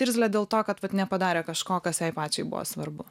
irzlią dėl to kad vat nepadarė kažko kas pačiai buvo svarbu